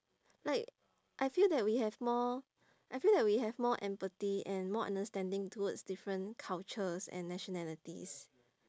like I feel that we have more I feel that we have more empathy and more understanding towards different cultures and nationalities